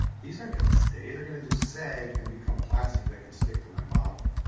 these aren't going to stay. they're gonna just sag and become plastic that could stick to my model.